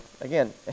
again